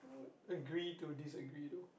agree to disagree though